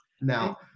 Now